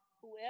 Whoever